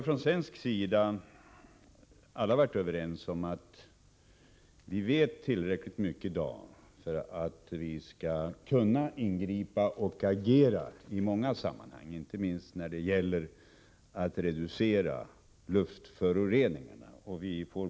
Från svensk sida har vi alla varit överens om att vi i dag vet tillräckligt mycket för att kunna ingripa och agera i många sammanhang, inte minst när det gäller att reducera luftföroreningarna.